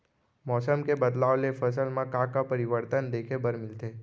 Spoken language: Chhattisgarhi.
मौसम के बदलाव ले फसल मा का का परिवर्तन देखे बर मिलथे?